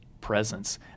presence